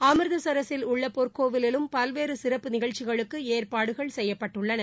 அமிர்தசரஸில் உள்ளபொற்கோவிலிலும் பல்வேறுசிறப்பு நிகழ்ச்சிகளுக்குஏற்பாடுகள் செய்யப்பட்டுள்ளன